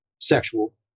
sexual